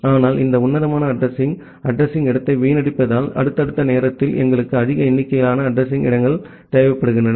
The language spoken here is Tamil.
ஆனால் இந்த உன்னதமான classful அட்ரஸிங் இடத்தை வீணடிப்பதால் அடுத்தடுத்த நேரத்தில் எங்களுக்கு அதிக எண்ணிக்கையிலான அட்ரஸிங் இடங்கள் தேவைப்படுகின்றன